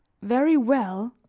very well,